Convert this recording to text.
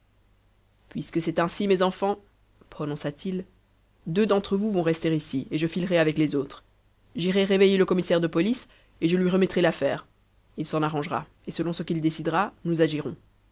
puisque c'est ainsi mes enfants prononça-t-il deux d'entre vous vont rester ici et je filerai avec les autres j'irai réveiller le commissaire de police et je lui remettrai l'affaire il s'en arrangera et selon ce qu'il décidera nous agirons